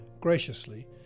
graciously